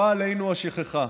"תקפה עלינו השכחה.